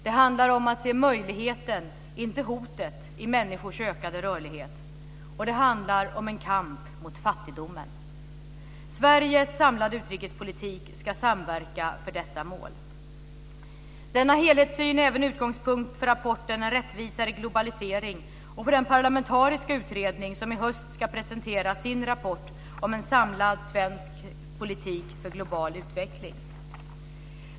Det handlar om att se möjligheten, inte hotet, i människors ökade rörlighet. Och det handlar om en kamp mot fattigdomen. Sveriges samlade utrikespolitik ska samverka för dessa mål. Denna helhetssyn är även utgångspunkt för rapporten En rättvisare globalisering och för den parlamentariska utredning som i höst ska presentera sin rapport om en samlad svensk politik för global utveckling.